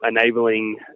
enabling